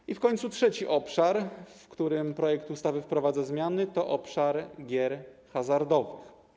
I w końcu trzeci obszar, w którym projekt ustawy wprowadza zmiany, to obszar gier hazardowych.